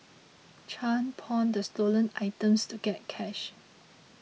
Chan pawned the stolen items to get cash